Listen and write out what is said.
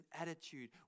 attitude